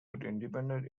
independent